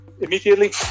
Immediately